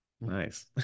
Nice